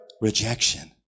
rejection